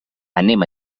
anem